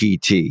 pt